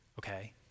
okay